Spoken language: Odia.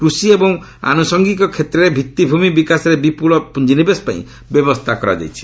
କୃଷି ଏବଂ ଆନୁଷଙ୍ଗିକ କ୍ଷେତ୍ରରେ ଭିତ୍ତିଭୂମି ବିକାଶରେ ବିପୁଳ ପୁଞ୍ଜିନିବେଶ ପାଇଁ ବ୍ୟବସ୍ଥା କରାଯାଇଛି